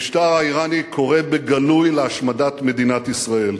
המשטר האירני קורא בגלוי להשמדת מדינת ישראל,